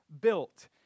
built